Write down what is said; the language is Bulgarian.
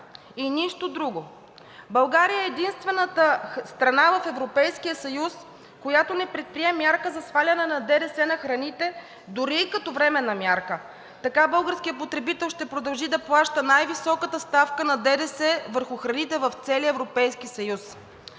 и нищо друго. България е единствената страна в Европейския съюз, която не предприе мярка за сваляне на ДДС на храните дори и като временна мярка. Така българският потребител ще продължи да плаща най-високата ставка на ДДС върху храните в целия Европейски съюз.